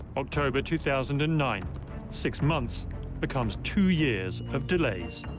october two thousand and nine six months becomes two years of delays.